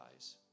eyes